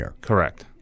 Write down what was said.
Correct